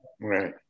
Right